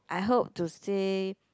I hope to stay